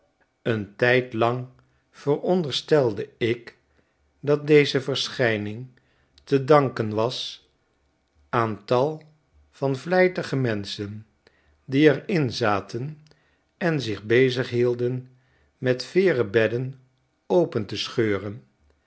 een tijdlang veronderstelde ik dat deze verschijning te danken was aan tal van vlijtige menschen die er in zaten en zich bezighielden met veeren bedden open te scheuren